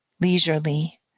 leisurely